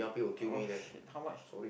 !wah! shit how much